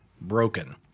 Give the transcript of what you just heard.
broken